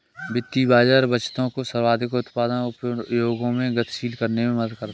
वित्तीय बाज़ार बचतों को सर्वाधिक उत्पादक उपयोगों में गतिशील करने में मदद करता है